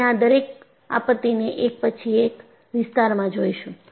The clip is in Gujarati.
આપણે આ દરેક આપત્તિ ને એક પછી એક વિસ્તારમાં જોઈશું